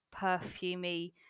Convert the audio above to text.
perfumey